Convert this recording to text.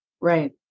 Right